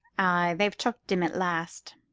ay, they've chucked him at last.